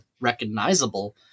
recognizable